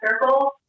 circle